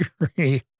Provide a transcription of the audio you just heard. agree